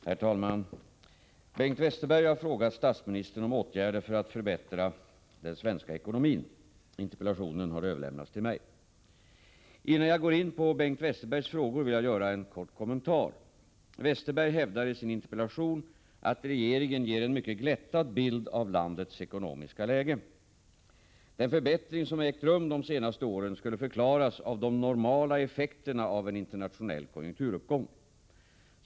Herr talman! Bengt Westerberg har frågat statsministern om åtgärder för att förbättra den svenska ekonomin. Interpellationen har överlämnats till mig. Innan jag går in på Bengt Westerbergs frågor vill jag göra en kort kommentar. Westerberg hävdar i sin interpellation att regeringen ger en mycket glättad bild av landets ekonomiska läge. Den förbättring som ägt rum de senaste åren skulle förklaras av de normala effekterna av en internationell konjunkturuppgång.